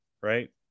right